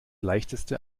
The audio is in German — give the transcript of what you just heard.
leichteste